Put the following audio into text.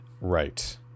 Right